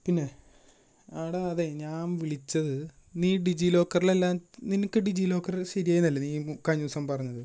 പിന്നേ ആ എടാ അതേ ഞാൻ വിളിച്ചത് നീ ഡിജീലോക്കറിലെല്ലെ നിനക്ക് ഡിജീ ലോക്കറ് ശരിയാന്നല്ലേ നീ കഴിഞ്ഞ ദിവസം പറഞ്ഞത്